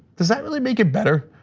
does that really make it better?